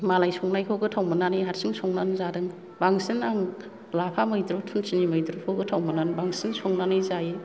मालाय संनाय गोथाव मोनानै हारसिं संनानै जादों बांसिन आं लाफा मैद्रु थुनथिनि मैद्रुखौ गोथाव मोननानै बांसिन संनानै जायो